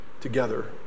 together